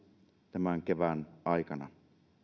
tämän kevään aikana